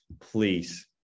Please